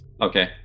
Okay